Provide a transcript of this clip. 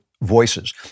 voices